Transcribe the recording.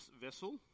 vessel